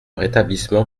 rétablissement